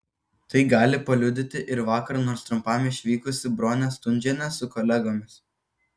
tai gali paliudyti ir vakar nors trumpam išvykusi bronė stundžienė su kolegomis